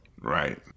right